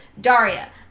Daria